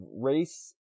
race